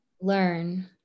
learn